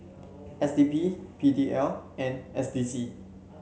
S D P P D L and S D C